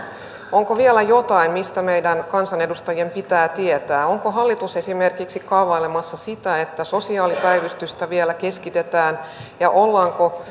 onko vielä jotain mistä meidän kansanedustajien pitää tietää onko hallitus esimerkiksi kaavailemassa sitä että sosiaalipäivystystä vielä keskitetään ja ollaanko